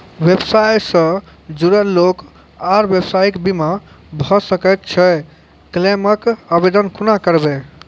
व्यवसाय सॅ जुड़ल लोक आर व्यवसायक बीमा भऽ सकैत छै? क्लेमक आवेदन कुना करवै?